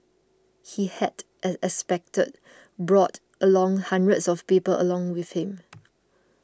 he had as expected brought along hundreds of people along with him